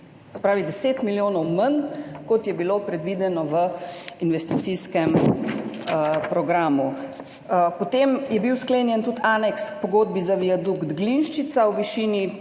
pravi 10 milijonov manj, kot je bilo predvideno v investicijskem programu. Potem je bil sklenjen tudi aneks k pogodbi za viadukt Glinščica v višini